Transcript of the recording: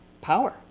power